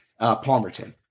Palmerton